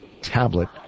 tablet